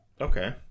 Okay